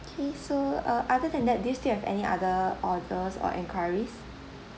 K so uh other than that do you still have any other orders or enquiries